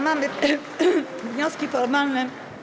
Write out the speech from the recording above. Mamy wnioski formalne.